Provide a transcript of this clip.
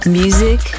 music